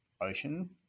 ocean